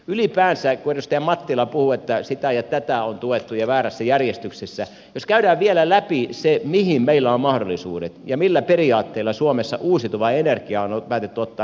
jos ylipäänsä kun edustaja mattila puhui että sitä ja tätä on tuettu ja väärässä järjestyksessä käydään vielä läpi se mihin meillä on mahdollisuudet ja millä periaatteilla suomessa uusiutuva energiaa on päätetty ottaa käyttöön